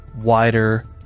wider